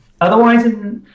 Otherwise